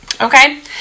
Okay